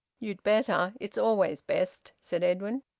you'd better. it's always best, said edwin.